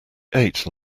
ate